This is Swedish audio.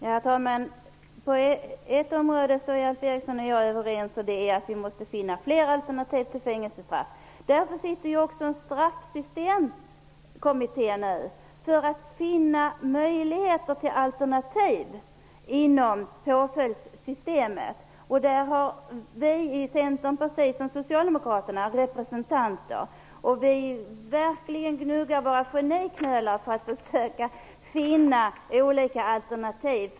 Herr talman! Alf Eriksson och jag är överens på ett område, och det är att vi måste finna fler alternativ till fängelsestraff. Det är också därför som Straffsystemkommittén nu arbetar för att finna möjligheter till alternativ inom påföljdssystemet. Vi i Centern har precis som Socialdemokraterna representanter i kommittén. Vi gnuggar verkligen våra geniknölar för att försöka finna olika alternativ.